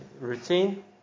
routine